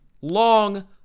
Long